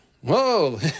Whoa